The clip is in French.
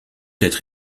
être